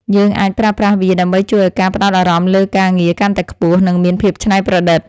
យើងអាចប្រើប្រាស់វាដើម្បីជួយឱ្យការផ្តោតអារម្មណ៍លើការងារកាន់តែខ្ពស់ និង មានភាពច្នៃប្រឌិត។